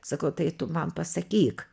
sako tai tu man pasakyk